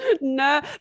no